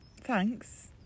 Thanks